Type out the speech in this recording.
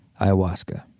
ayahuasca